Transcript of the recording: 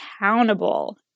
accountable